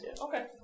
okay